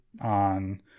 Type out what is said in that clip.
on